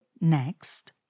Next